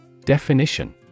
Definition